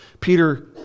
Peter